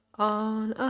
on ah